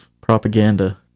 propaganda